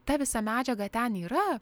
ta visa medžiaga ten yra